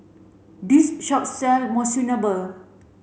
this shop sell Monsunabe